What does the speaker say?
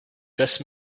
just